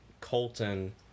Colton